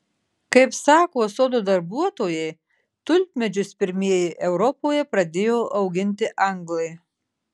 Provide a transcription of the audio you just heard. kaip sako sodo darbuotojai tulpmedžius pirmieji europoje pradėjo auginti anglai